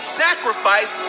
sacrifice